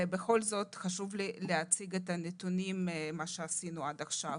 בכל זאת חשוב לי להציג את הנתונים על מה שעשינו עד עכשיו.